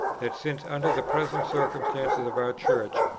that, since under the present circumstances of our church,